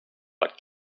but